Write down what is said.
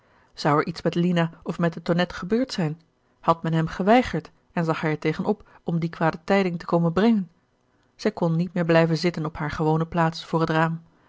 er iets met lina of met de tonnette gebeurd zijn had men hem geweigerd en zag hij er tegen op om die kwade tijding te komen brengen zij kon niet meer blijven zitten op hare gewone plaats voor het raam